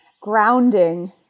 Grounding